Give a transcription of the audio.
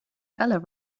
feller